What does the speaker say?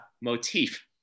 motif